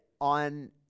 on